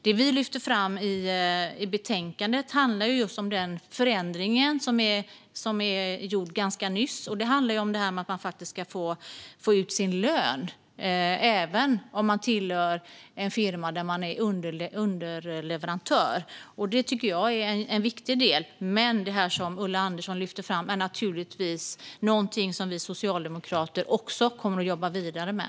Det vi lyfter fram i betänkandet handlar om den förändring som gjordes nyss, nämligen att arbetstagaren ska få ut sin lön även om man hör till en firma som är underleverantör. Det är viktigt. Det Ulla Andersson lyfte fram är något som vi socialdemokrater också kommer att jobba vidare med.